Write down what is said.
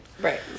Right